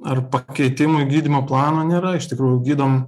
ar pakeitimui gydymo plano nėra iš tikrųjų gydom